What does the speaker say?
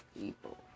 people